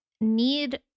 need